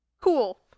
Cool